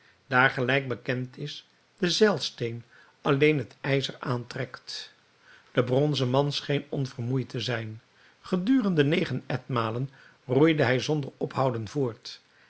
daar gelijk bekend is de zeilsteen alleen het ijzer aantrekt de bronzen man scheen onvermoeid te zijn gedurende negen etmalen roeide hij zonder ophouden voort